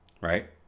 Right